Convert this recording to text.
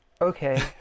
okay